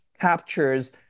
captures